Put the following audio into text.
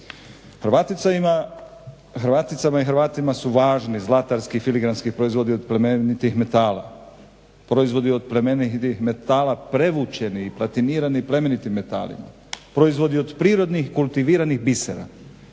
Hrvaticama i Hrvatima su važni zlatarski filigrantski proizvodi od plemenitih metala, proizvodi od plemenitih metala prevučeni i platinirani plemenitim metalima, proizvodi od prirodnih kultiviranih bisera,